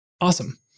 Awesome